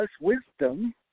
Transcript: wisdom